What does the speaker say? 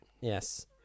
Yes